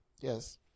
Yes